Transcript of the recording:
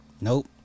Nope